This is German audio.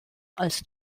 als